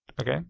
Okay